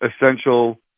essential